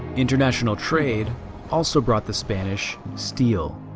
international trade also brought the spanish steel,